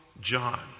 John